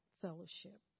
fellowship